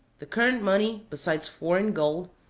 the current money, besides foreign gold,